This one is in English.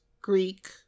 Greek